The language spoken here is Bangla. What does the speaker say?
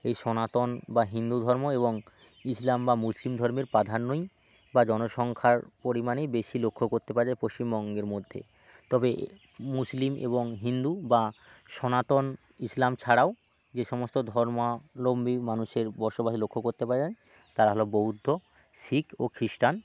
এই সনাতন বা হিন্দু ধর্ম এবং ইসলাম বা মুসলিম ধর্মের প্রাধান্যই বা জনসংখ্যার পরিমাণেই বেশি লক্ষ্য করতে পারা যায় পশ্চিমবঙ্গের মধ্যে তবে মুসলিম এবং হিন্দু বা সনাতন ইসলাম ছাড়াও যে সমস্ত ধর্মাবলম্বী মানুষের বসবাস লক্ষ্য করতে পারা যায় তারা হলো বৌদ্ধ শিখ ও খিষ্টান